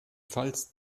pfalz